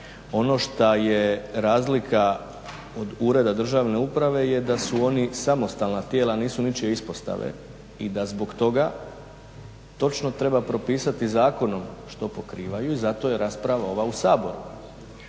Ono šta je razlika od ureda državne uprave je da su oni samostalna tijela a nisu ničije ispostave i da zbog toga točno treba propisati zakonom što pokrivaju i zato je rasprava ova u Saboru.